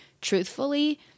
truthfully